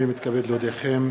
אני מתכבד להודיעכם,